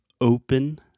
open